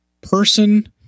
person